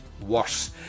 worse